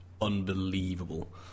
unbelievable